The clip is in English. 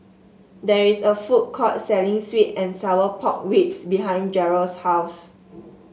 there is a food court selling sweet and Sour Pork Ribs behind Jarrell's house